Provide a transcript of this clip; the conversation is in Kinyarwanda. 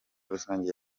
rusange